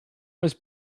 was